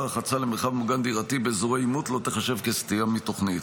רחצה למרחב מוגן דירתי באזורי עימות לא תיחשב כסטייה מתוכנית.